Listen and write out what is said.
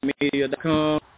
media.com